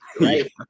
right